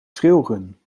trailrun